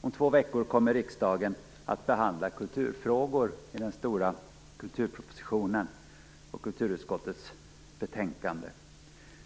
Om två veckor kommer riksdagen att behandla kulturfrågor i den stora kulturpropositionen och kulturutskottets betänkande.